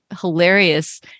hilarious